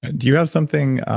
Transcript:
and do you have something,